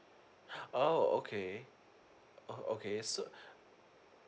oh okay oh okay so